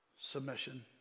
submission